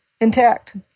intact